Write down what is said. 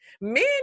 Men